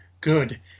good